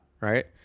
right